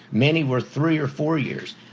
many were three or four years.